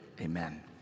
Amen